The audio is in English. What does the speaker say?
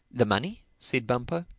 the money? said bumpo.